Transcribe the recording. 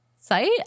site